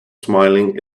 smiling